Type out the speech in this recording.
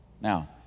Now